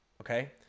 Okay